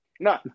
No